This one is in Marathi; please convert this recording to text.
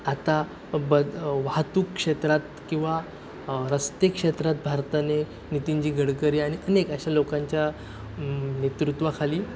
आता बद वाहतूक क्षेत्रात किंवा रस्ते क्षेत्रात भारताने नितीनजी गडकरी आणि अनेक अशा लोकांच्या नेतृत्वाखाली